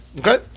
Okay